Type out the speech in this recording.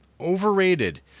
Overrated